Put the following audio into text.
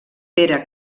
pere